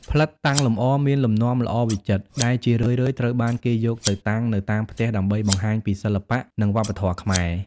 ផ្លិតតាំងលម្អមានលំនាំល្អវិចិត្រ ដែលជារឿយៗត្រូវបានគេយកទៅតាំងនៅតាមផ្ទះដើម្បីបង្ហាញពីសិល្បៈនិងវប្បធម៌ខ្មែរ។